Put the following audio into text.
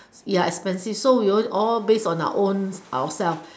ya expensive so we always all based on our own ourself